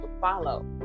follow